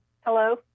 Hello